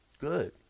Good